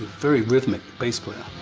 very rhythmic bass player.